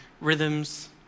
rhythms